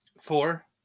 Four